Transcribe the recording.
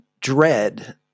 dread